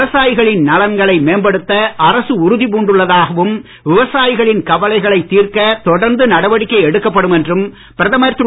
விவசாயிகளின் நலன்களை மேம்படுத்த அரசு உறுதி பூண்டுள்ளதாகவும் விவசாயிகளின் கவலைகளைத் தீர்க்க தொடர்ந்து நடவடிக்கை எடுக்கப்படும் என்றும் பிரதமர் திரு